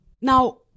Now